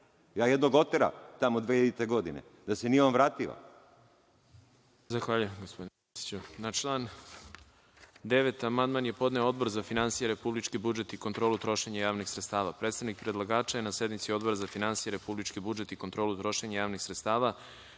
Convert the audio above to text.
Ja jednog otera tamo 2000. godine. Da se nije on vratio?